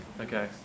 Okay